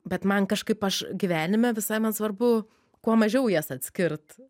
bet man kažkaip aš gyvenime visai man svarbu kuo mažiau jas atskirt